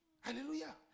hallelujah